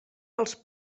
els